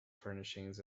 furnishings